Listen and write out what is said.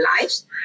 lives